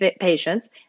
patients